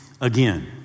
again